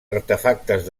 artefactes